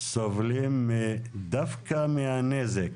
סובלים דווקא מהנזק